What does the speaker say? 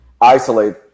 isolate